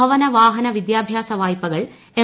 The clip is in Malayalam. ഭവന വാഹന വിദ്യാഭ്യാസ വായ്പകൾ എം